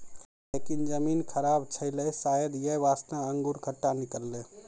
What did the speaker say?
लेकिन जमीन खराब छेलै शायद यै वास्तॅ अंगूर खट्टा निकललै